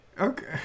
Okay